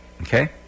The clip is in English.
Okay